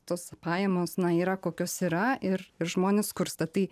tos pajamos na yra kokios yra ir ir žmonės skursta tai